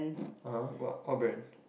(uh huh) what what brand